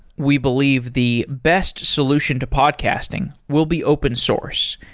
we believe the best solution to podcasting will be open source,